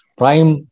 prime